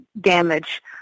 damage